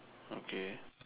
okay